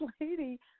lady